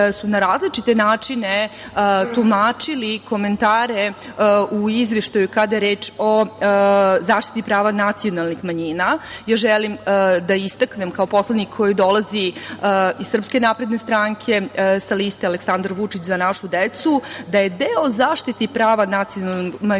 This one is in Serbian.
su na različite načine tumačili komentare u izveštaju kada je reč o zaštiti prava nacionalnih manjina. Ja želim da istaknem, kao poslanik koji dolazi iz SNS sa liste Aleksandar Vučić – Za našu decu, da je deo zaštite prava nacionalnih manjina,